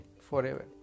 forever